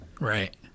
Right